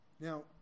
Now